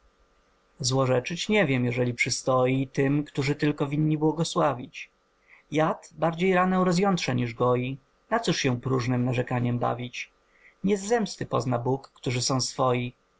złorzeczyć nie wiem jeżeli przystoi tym którzy tylko winni błogosławić jad bardziej ranę rozjątrza niż goi na cóż się próżnem narzekaniem bawić nie z zemsty pozna bóg którzy są swoi